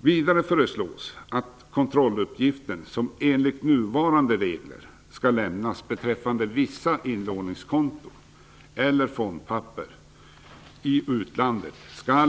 Vidare föreslås att kontrolluppgifter som enligt nuvarande regler skall lämnas beträffande vissa inlåningskonton eller fondpapper i utlandet förutom